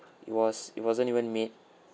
it was it wasn't even made